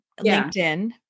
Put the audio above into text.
LinkedIn